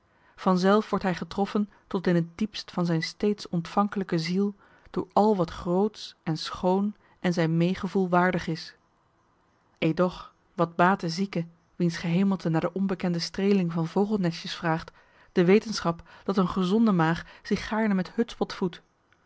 zelf wordt hij getroffen tot in het diepst van zijn steeds ontvankelijke ziel door al wat grootsch en schoon en zijn meegevoel waardig is edoch wat baat de zieke wiens gehemelte naar de onbekende streeling van vogelnestjes vraagt de wetenschap dat een gezonde maag zich gaarne met hutspot voedt